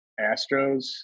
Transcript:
Astros